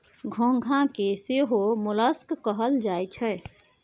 घोंघा के सेहो मोलस्क कहल जाई छै